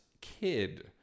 kid